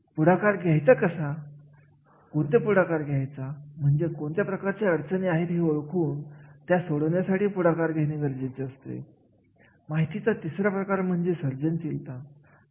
एखाद्या विशिष्ट कार्यासाठी कोणत्या प्रकारचे कौशल्य गरजेचे आहेत ज्ञान गरजेचे आहे कोणता अनुभव गरजेचा आहे हे ओळखले जावे